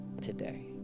today